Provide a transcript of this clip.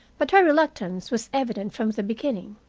but her reluctance was evident from the beginning.